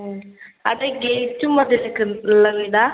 അത് ഗേറ്റും മതിലും ഒക്കേ ഉള്ള വീടാണ്